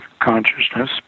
consciousness